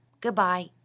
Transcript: Goodbye